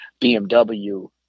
bmw